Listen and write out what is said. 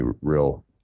real